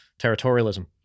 territorialism